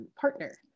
partner